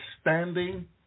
standing